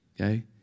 Okay